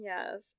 Yes